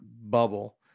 bubble